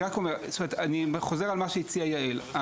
אני חוזר על מה שהציעה יעל,